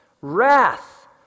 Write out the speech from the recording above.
wrath